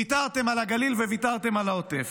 ויתרתם על הגליל וויתרתם על העוטף.